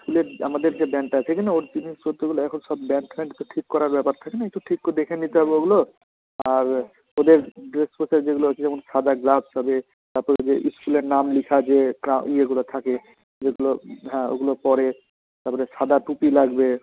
স্কুলের আমাদের যে ব্যান্ডটা আছে সেখানে ওর জিনিসপত্তগুলো এখন সব ব্যান্ড ঠ্যান্ড সব ঠিক করার ব্যাপার থাকে না একটু ঠিক করে দেখে নিতে হবে ওগুলো আর ওদের ড্রেস পোশাক যেগুলো আর কি যেমন সাদা গ্লাপস থাকে তাপরে যে ইস্কুলের নাম লিখা যে ক্রা ইয়েগুলো থাকে যেগুলো হুঁম হ্যাঁ ওগুলো পরে তাপরে সাদা টুপি লাগবে